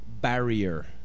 barrier